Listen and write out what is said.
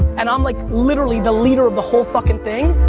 and i'm like literally the leader of the whole fucking thing,